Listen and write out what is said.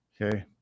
Okay